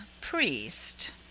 priest